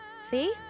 see